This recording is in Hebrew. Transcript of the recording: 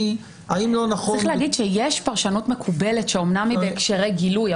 צריך להגיד שיש פרשנות מקובלת שאמנם היא בהקשרי גילוי,